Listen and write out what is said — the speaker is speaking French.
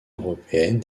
européenne